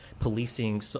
policing